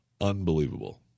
Unbelievable